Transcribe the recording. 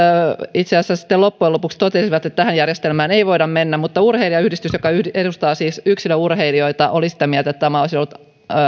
itse asiassa loppujen lopuksi totesivat että tähän järjestelmään ei voida mennä mutta urheilijayhdistys joka siis edustaa yksilöurheilijoita oli sitä mieltä että tämä olisi ollut